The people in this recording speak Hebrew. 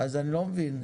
אני לא מבין.